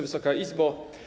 Wysoka Izbo!